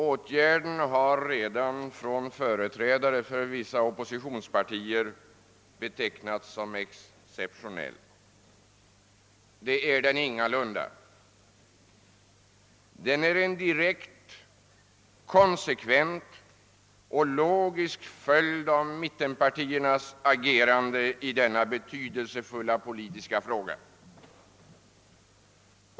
Åtgärden har redan av företrädare för vissa oppositionspartier betecknats som exceptionell. Det är den ingalunda. Den är en direkt, konsekvent och logisk följd av mittenpartiernas agerande i denna betydelsefulla politiska fråga.